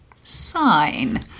sign